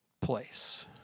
place